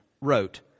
wrote